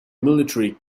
military